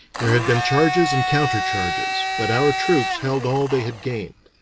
there had been charges and counter charges but our troops held all they had gained.